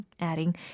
adding